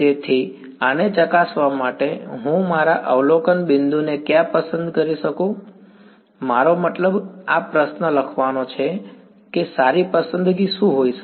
તેથી આને ચકાસવા માટે હું મારા અવલોકન બિંદુને ક્યાં પસંદ કરી શકું મારો મતલબ આ પ્રશ્ન લખવાનો છે કે સારી પસંદગી શું હોઈ શકે